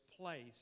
place